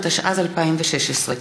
התשע"ז 2016,